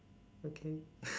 okay